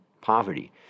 poverty